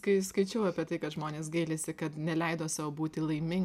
kai skaičiau apie tai kad žmonės gailisi kad neleido sau būti laimin